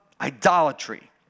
idolatry